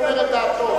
הוא אומר את דעתו.